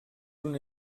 una